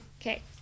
Okay